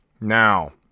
Now